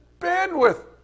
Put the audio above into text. bandwidth